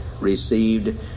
received